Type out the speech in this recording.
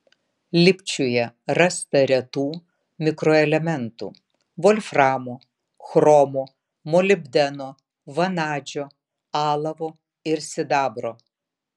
lipčiuje rasta retų mikroelementų volframo chromo molibdeno vanadžio alavo ir sidabro